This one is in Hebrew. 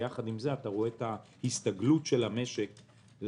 ויחד עם זה אתה רואה את ההסתגלות של המשק לפעילות,